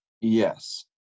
yes